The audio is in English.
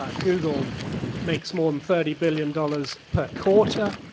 ah google makes more than thirty billion dollars per quarter.